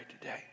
today